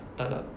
tak tak